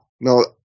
No